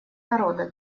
народа